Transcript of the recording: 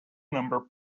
number